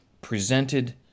presented